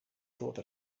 thought